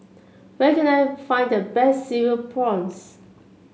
where can I find the best Cereal Prawns